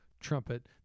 trumpet